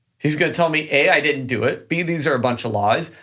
he's going to tell me, a, i didn't do it, b, these are a bunch of lies,